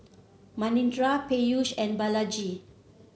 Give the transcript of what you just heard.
Manindra Peyush and Balaji